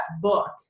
book